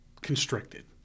constricted